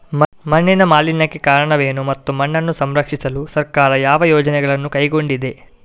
ಮಣ್ಣಿನ ಮಾಲಿನ್ಯಕ್ಕೆ ಕಾರಣವೇನು ಮತ್ತು ಮಣ್ಣನ್ನು ಸಂರಕ್ಷಿಸಲು ಸರ್ಕಾರ ಯಾವ ಯೋಜನೆಗಳನ್ನು ಕೈಗೊಂಡಿದೆ?